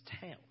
town